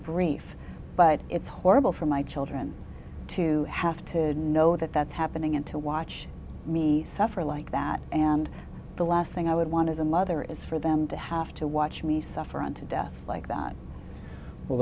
brief but it's horrible for my children to have to know that that's happening and to watch me suffer like that and the last thing i would want as a mother is for them to have to watch me suffer and to death like that well